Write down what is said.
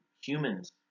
humans